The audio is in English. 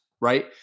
right